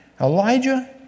Elijah